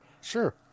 Sure